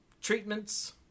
treatments